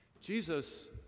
Jesus